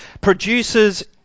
produces